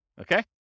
Okay